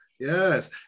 Yes